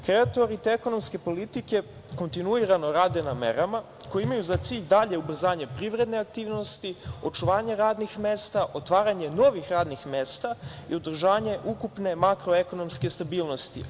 Kreatori te ekonomske politike kontinuirano rade na merama koje imaju za cilj dalje ubrzanje privredne aktivnosti, očuvanje radnih mesta, otvaranje novih radnih mesta i održanje ukupne makroekonomske stabilnosti.